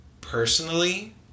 personally